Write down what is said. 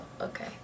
okay